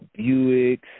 Buicks